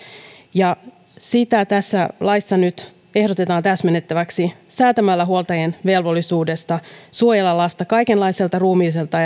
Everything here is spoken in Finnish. sitä tässä laissa nyt ehdotetaan täsmennettäväksi säätämällä huoltajien velvollisuudesta suojella lasta kaikenlaiselta ruumiilliselta